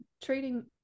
trading